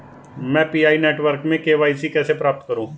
मैं PI network में KYC कैसे प्राप्त करूँ?